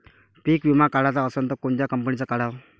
पीक विमा काढाचा असन त कोनत्या कंपनीचा काढाव?